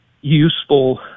useful